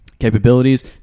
Capabilities